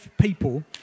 people